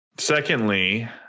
Secondly